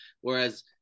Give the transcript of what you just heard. whereas